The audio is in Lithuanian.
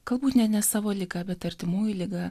galbūt net ne savo liga bet artimųjų liga